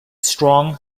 strong